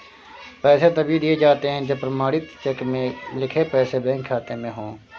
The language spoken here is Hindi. पैसे तभी दिए जाते है जब प्रमाणित चेक में लिखे पैसे बैंक खाते में हो